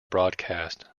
broadcast